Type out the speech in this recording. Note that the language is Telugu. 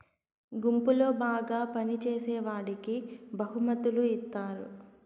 గుంపులో బాగా పని చేసేవాడికి బహుమతులు ఇత్తారు